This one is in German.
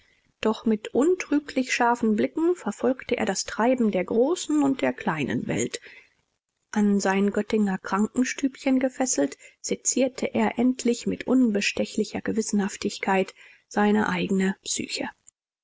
doch mit untrüglich scharfen blicken verfolgte er das treiben der großen und der kleinen welt an sein göttinger krankenstübchen gefesselt sezierte er endlich mit unbestechlicher gewissenhaftigkeit seine eigne psyche